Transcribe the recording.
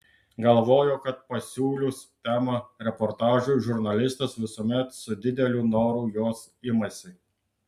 galvojau kad pasiūlius temą reportažui žurnalistas visuomet su dideliu noru jos imasi